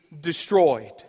destroyed